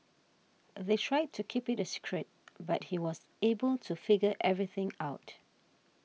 they tried to keep it a secret but he was able to figure everything out